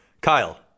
kyle